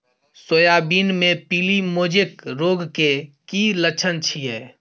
Soybean मे पीली mosaic रोग के की लक्षण छीये?